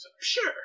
Sure